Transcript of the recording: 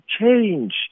change